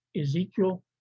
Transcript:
Ezekiel